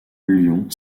lyon